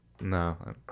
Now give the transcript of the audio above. No